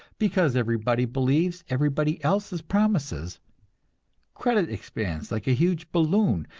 because everybody believes everybody else's promises credit expands like a huge balloon,